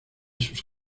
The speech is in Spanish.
sus